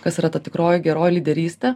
kas yra ta tikroji geroji lyderystė